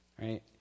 Right